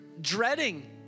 dreading